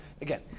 again